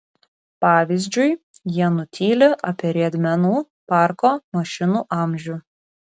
pavyzdžiui jie nutyli apie riedmenų parko mašinų amžių